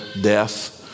death